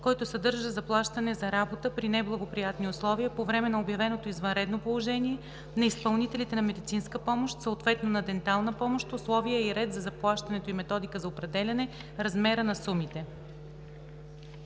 който съдържа заплащане за работа при неблагоприятни условия по време на обявеното извънредно положение на изпълнителите на медицинска помощ, съответно на дентална помощ, условия и ред за заплащането и методика за определяне размера на сумите.“